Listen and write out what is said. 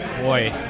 boy